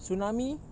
tsunami